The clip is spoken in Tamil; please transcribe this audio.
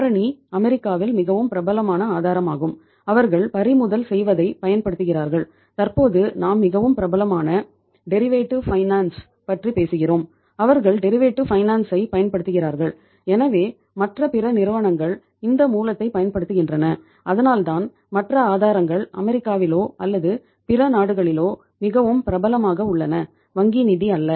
காரணி அமெரிக்காவில் அல்லது பிற நாடுகளிலோ மிகவும் பிரபலமாக உள்ளன வங்கி நிதி அல்ல